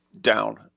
down